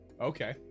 Okay